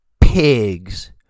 pigs